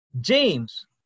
James